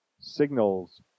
signals